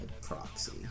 Proxy